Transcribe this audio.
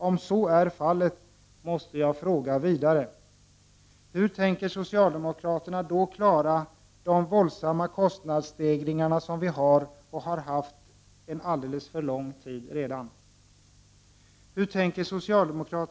Om så är fallet måste jag fråga vidare: Hur tänker socialdemokraterna då klara de våldsamma kostnadsstegringar som vi har och har haft en alldeles för lång tid redan?